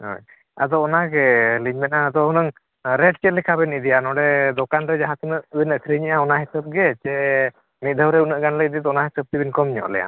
ᱟᱪᱪᱷᱟ ᱟᱫᱚ ᱚᱱᱟ ᱜᱮᱞᱤᱧ ᱢᱮᱱᱟ ᱦᱩᱱᱟᱹᱝ ᱨᱮᱹᱴ ᱪᱮᱫᱠᱟ ᱵᱤᱱ ᱤᱫᱤᱭᱟ ᱱᱚᱰᱮ ᱫᱳᱠᱟᱱ ᱨᱮ ᱡᱟᱦᱟᱸ ᱛᱤᱱᱟᱹᱜ ᱵᱤᱱ ᱟᱹᱠᱷᱨᱤᱧᱮᱜᱼᱟ ᱚᱱᱟ ᱦᱤᱥᱟᱹᱵᱽ ᱥᱮ ᱢᱤᱫ ᱫᱷᱟᱣ ᱨᱮ ᱩᱱᱟᱹᱜ ᱜᱟᱱ ᱞᱮ ᱤᱫᱤ ᱫᱚ ᱚᱱᱟ ᱦᱤᱥᱟᱹᱵ ᱠᱤᱪᱷᱩ ᱵᱤᱱ ᱠᱚᱢ ᱧᱚᱜ ᱞᱮᱭᱟ